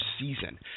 season